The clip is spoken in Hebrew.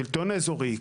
השלטון האזורי,